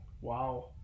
Wow